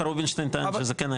דווקא רובינשטיין טען שזה כן היה.